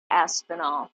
aspinall